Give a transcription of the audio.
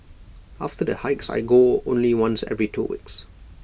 after the hikes I go only once every two weeks